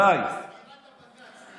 דודי, זה טיעונים לסגירת הבג"ץ, בעזרת השם.